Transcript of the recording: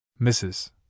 Mrs